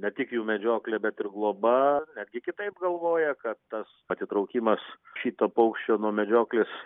ne tik jų medžioklė bet ir globa netgi kitaip galvoja kad tas atitraukimas šito paukščio nuo medžioklės